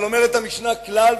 אבל אומרת המשנה כלל,